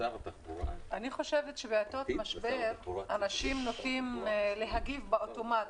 בעתות משבר אנשים נוטים להגיב באוטומט,